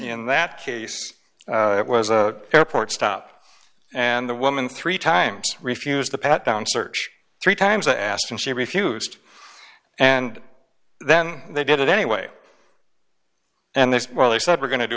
in that case it was a airport stop and the woman three times refused the pat down search three times i asked and she refused and then they did it anyway and this well they said we're going to do